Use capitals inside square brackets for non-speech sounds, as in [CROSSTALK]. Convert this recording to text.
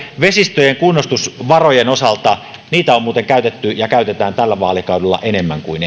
vesistöjen kunnostusvarojen osalta niitä on muuten käytetty ja käytetään tällä vaalikaudella enemmän kuin [UNINTELLIGIBLE]